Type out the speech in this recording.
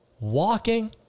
Walking